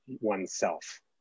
oneself